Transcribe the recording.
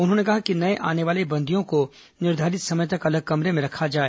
उन्होंने कहा कि नए आने वाले बंदियों को निर्धारित समय तक अलग कमरे में रखा जाए